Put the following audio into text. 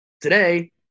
Today